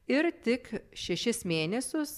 ir tik šešis mėnesius